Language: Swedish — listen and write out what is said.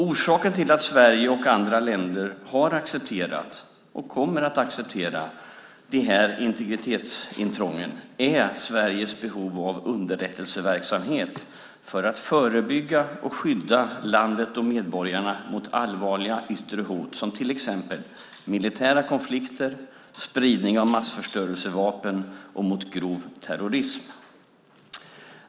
Orsaken till att Sverige och andra länder har accepterat och kommer att acceptera de här integritetsintrången är Sveriges behov av underrättelseverksamhet för att förebygga och skydda landet och medborgarna mot allvarliga yttre hot, till exempel militära konflikter, spridning av massförstörelsevapen och grov terrorism.